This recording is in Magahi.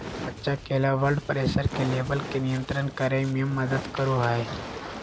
कच्चा केला ब्लड प्रेशर के लेवल के नियंत्रित करय में मदद करो हइ